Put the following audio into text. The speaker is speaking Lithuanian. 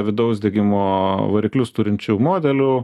vidaus degimo variklius turinčių modelių